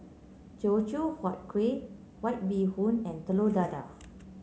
Teochew Huat Kueh White Bee Hoon and Telur Dadah